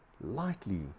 lightly